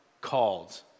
called